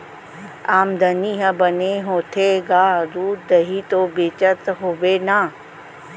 आमदनी ह बने होथे गा, दूद, दही तो बेचत होबे ना?